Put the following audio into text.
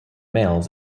males